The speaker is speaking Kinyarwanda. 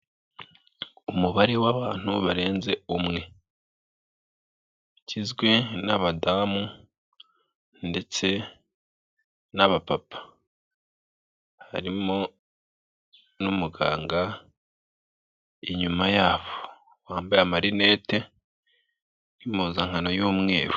Umubare w'abantu barenze umwe, ugizwe n'abadamu ndetse n'abapapa, harimo n'umuganga inyuma yabo wambaye amarinete, impuzankano y'umweru.